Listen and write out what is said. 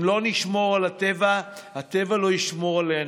אם לא נשמור על הטבע, הטבע לא ישמור עלינו.